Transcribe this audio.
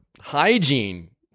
hygiene